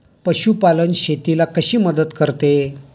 पशुपालन शेतीला कशी मदत करते?